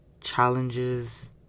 challenges